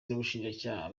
n’ubushinjacyaha